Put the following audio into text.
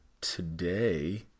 Today